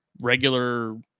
regular